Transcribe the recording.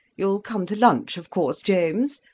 you'll come to lunch, of course, james.